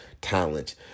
talent